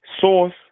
Source